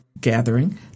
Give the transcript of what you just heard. gathering